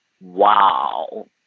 wow